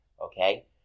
okay